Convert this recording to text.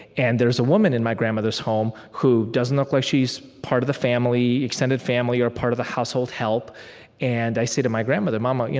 and there's a woman in my grandmother's home who doesn't look like she's part of the family, extended family, or part of the household help and i say to my grandmother, mama,